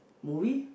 movie